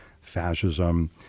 fascism